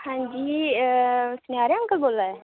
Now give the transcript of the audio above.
हांजी सनेयारे अंकल बोल्ला दे